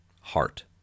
heart